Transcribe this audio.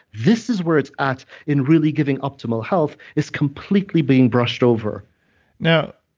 this is where it's at in really giving optimal health, is completely being brushed over now,